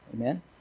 Amen